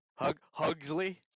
Hugsley